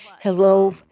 hello